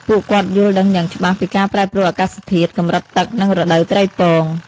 ពួកគាត់យល់ដឹងយ៉ាងច្បាស់ពីការប្រែប្រួលអាកាសធាតុ កម្រិតទឹក និងរដូវត្រីពង។